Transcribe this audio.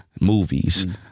movies